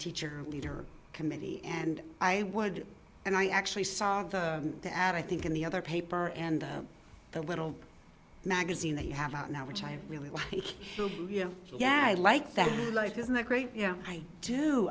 teacher leader committee and i would and i actually saw the ad i think in the other paper and the little magazine that you have out now which i really like yeah i like that life isn't that great yeah i do